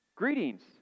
Greetings